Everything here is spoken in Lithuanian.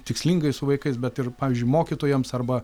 tikslingai su vaikais bet ir pavyzdžiui mokytojams arba